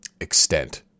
extent